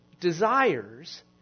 desires